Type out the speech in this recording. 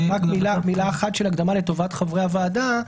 רק מילה אחת של הקדמה לטובת חברי הוועדה.